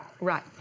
right